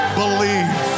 believe